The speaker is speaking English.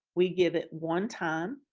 we give it one time.